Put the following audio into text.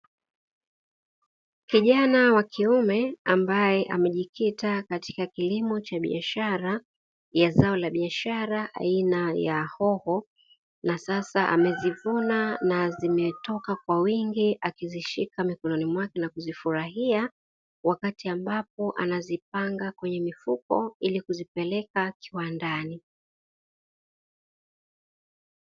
Kijana wa kiume ambaye amejikita katika kilimo cha biashara ya zao la biashara aina ya hoho; na sasa amezivuna na zimetoka kwa wingi akizishika mikononi mwake na kuzifurahia, wakati ambapo anazipanga kwenye mifuko ili kuzipeleka kiwandani.